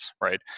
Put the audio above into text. right